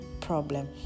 problem